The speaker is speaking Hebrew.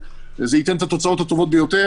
זה ייתן את התוצאות הטובות ביותר,